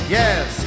yes